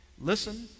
listen